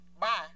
Bye